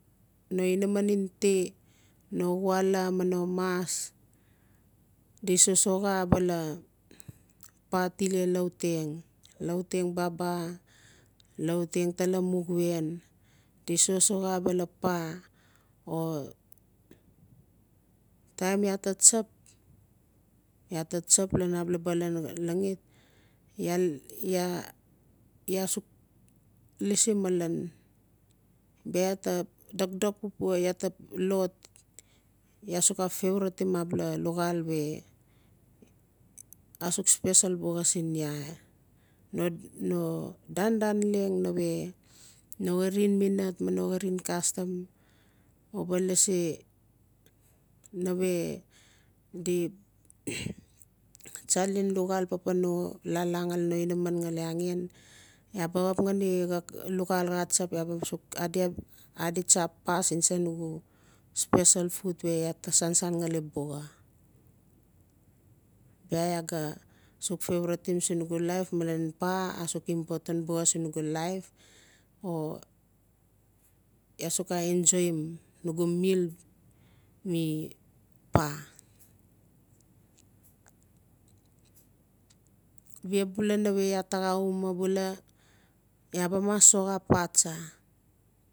No inaman en ti no wala ma no mas di sosoxa abala paa tile lauteng lautengbaba lauteng tala mu wien di sosoxa abala paa o taim iaa ta tsap taim iaa ta tsap lan abala balan langit iaa-iaa-iaa suk lasi malen bia iaa ta dokdok pupua iaa ta lot iaa suk xa favouriteim abala luxaal we asuk special bixa siin iaa no dan-dan leng nawe no xarin minat ma no karin uba kastam lasi nawe di tsalen luxaal papan no lala ngali no unaman ngali angen iaa ba suk adi tsa paa sin sa nugu special food bia iaa ta sansan ngali buxa bia iaa ga favouritim siin nugu laif melen paa asuk important buxa sin nugu laif o laa suk ca enjouim nugu meal